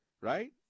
Right